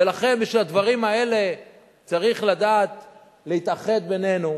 ולכן, בשביל הדברים האלה צריך לדעת להתאחד בינינו,